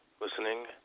listening